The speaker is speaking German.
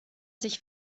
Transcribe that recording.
sich